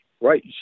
right